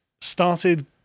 started